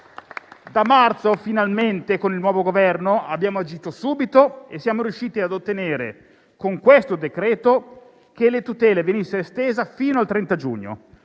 Da marzo, finalmente, con il nuovo Governo abbiamo agito subito e siamo riusciti ad ottenere, con questo decreto, che le tutele venissero estese fino al 30 giugno.